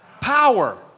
Power